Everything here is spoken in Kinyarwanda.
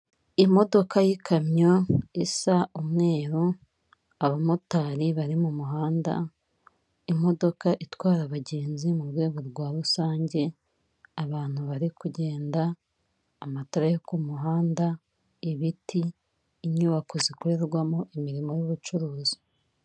Imodoka y'ikamyo isa umweru, abamotari bari mu muhanda, imodoka itwara abagenzi mu rwego rwa rusange, abantu bari kugenda, amatara yo ku muhanda, ibiti, inyubako zikorerwamo imirimo y'ubucuruzi.